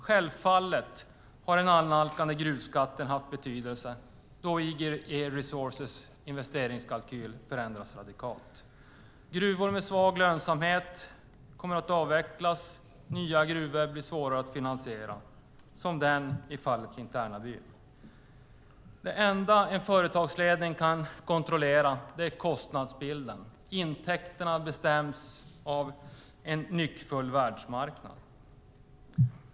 Självfallet har den annalkande gruvskatten haft betydelse, då den gör att IGE Resources investeringskalkyl förändras radikalt. Gruvor med svag lönsamhet kommer att avvecklas. Nya gruvor blir svåra att finansiera, som den vid Tärnaby. Det enda en företagsledning kan kontrollera är kostnadsbilden. Intäkterna bestäms av en nyckfull världsmarknad.